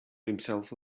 himself